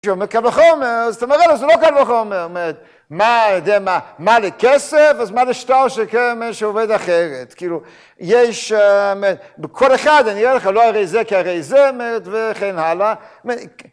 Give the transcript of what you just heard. שאומר קל וחומר, אז אתה מראה לו, זה לא קל וחומר. מה, יודע מה, מה לכסף, אז מה לשטר שעובד אחרת. כאילו, יש, כל אחד, אני אומר לך, לא הרי זה כי הרי זה אמת וכן הלאה.